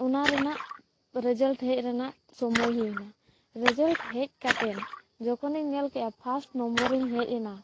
ᱚᱱᱟ ᱨᱮᱱᱟᱜ ᱨᱮᱡᱟᱞᱴ ᱦᱮᱡ ᱨᱮᱱᱟᱜ ᱥᱚᱢᱚᱭ ᱦᱩᱭᱱᱟ ᱨᱮᱡᱟᱞᱴ ᱦᱮᱡ ᱠᱟᱛᱮᱱ ᱡᱚᱠᱷᱚᱱᱤᱧ ᱧᱮᱞ ᱠᱮᱜᱼᱟ ᱯᱷᱟᱥᱴ ᱱᱚᱢᱵᱚᱨᱤᱧ ᱦᱮᱡ ᱮᱱᱟ